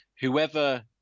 whoever